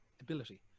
ability